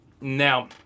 Now